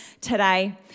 today